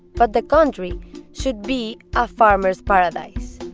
but the country should be a farmer's paradise.